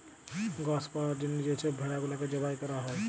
গস পাউয়ার জ্যনহে যে ছব ভেড়া গুলাকে জবাই ক্যরা হ্যয়